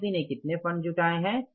company ने कितने fund जुटाए हैं